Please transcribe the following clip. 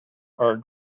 are